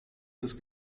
des